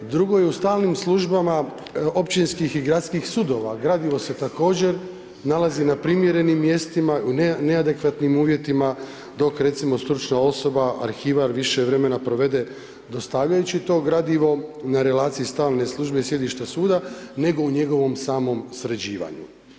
Drugo je u stalnim službama općinskih i gradskih sudova, gradivo se također nalazi na neprimjerenih mjestima, u neadekvatnim uvjetima, dok recimo stručna osoba arhivar više vremena provede dostavljajući to gradivo na relacijski stalne službe i sjedišta suda nego u njegovom samom sređivanju.